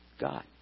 God